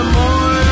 more